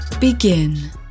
Begin